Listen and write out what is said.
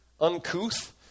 uncouth